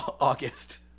August